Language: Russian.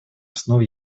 основ